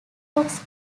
rocks